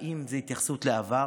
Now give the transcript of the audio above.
האם זו התייחסות לעבר?